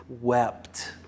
wept